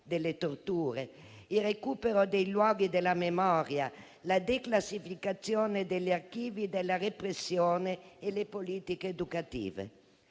delle torture, il recupero dei luoghi della memoria, la declassificazione degli archivi della repressione e le politiche educative.